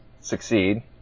succeed